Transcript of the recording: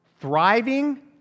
thriving